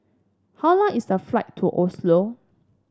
how long is the flight to Oslo